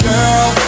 Girl